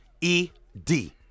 E-D